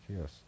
yes